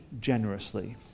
generously